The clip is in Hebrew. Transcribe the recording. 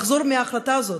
לחזור בו מההחלטה הזאת,